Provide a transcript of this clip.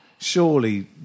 surely